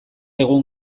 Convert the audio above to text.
egun